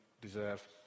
deserve